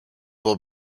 will